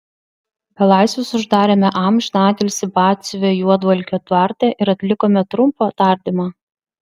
belaisvius uždarėme amžiną atilsį batsiuvio juodvalkio tvarte ir atlikome trumpą tardymą